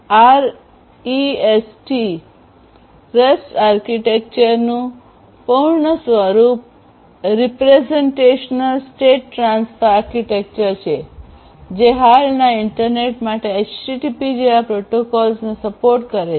REST આર્કિટેક્ચરનું પૂર્ણ સ્વરૂપ રિપ્રેસેંટેશનલ સ્ટેટ ટ્રાન્સફર આર્કિટેક્ચર છે જે હાલના ઇન્ટરનેટ માટે http જેવા પ્રોટોકોલ્સને સપોર્ટ કરે છે